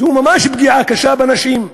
זו ממש פגיעה קשה בנשים.